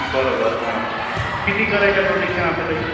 बरोबर हा किती करायच्या प्रदक्षिणा असं काही